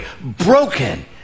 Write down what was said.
Broken